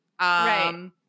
Right